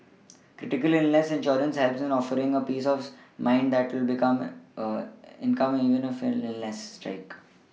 critical illness insurance helps in offering a peace of mind that there will be come income even if illnesses strike